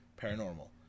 paranormal